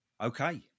Okay